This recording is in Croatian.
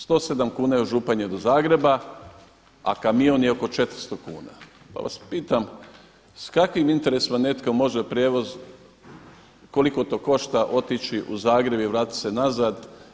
107 kuna je od Županje do Zagreba, a kamion je oko 400 kuna pa vas pitam s kakvim interesima može prijevoz, koliko to košta otići u Zagreb i vratit se nazad.